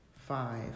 five